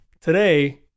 today